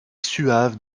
suaves